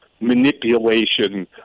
manipulation